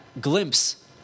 glimpse